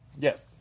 yes